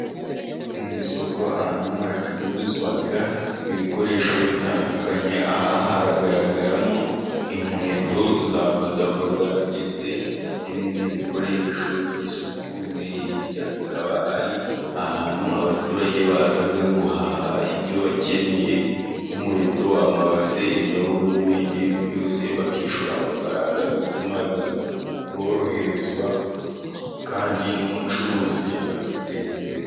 Mu isoko ahantu hacururizwa ibikoresho bitandukanye, aha haragaragaramo inkweto za bodaboda ndetse n'ibindi bikoresho by'isuku, bikaba ari ahantu abaturage baza guhaha ibyo bakeneye nk'inkweto, amabase, indobo n'ibindi byose bakishyura amafaranga, bituma boroherezwa kandi n'umucuruzi akiteza imbere.